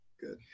good